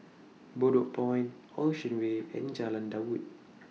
Bedok Point Ocean Way and Jalan Daud